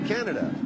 Canada